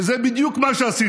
כי זה בדיוק מה שעשיתם.